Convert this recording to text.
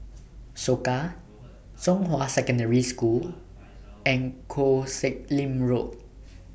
Soka Zhonghua Secondary School and Koh Sek Lim Road